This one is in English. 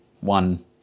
one